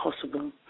possible